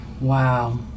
Wow